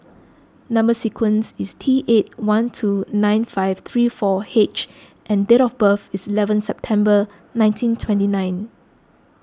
Number Sequence is T eight one two nine five three four H and date of birth is eleven September nineteen twenty nine